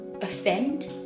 offend